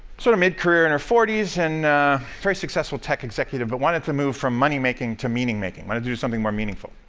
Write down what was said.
sort of mid-career in her forty s and a very successful tech executive, but wanted to move from money-making to meaning-making, but to do something more meaningful,